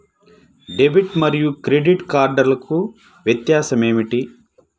Debit మరియు credit కార్డ్లకు వ్యత్యాసమేమిటీ?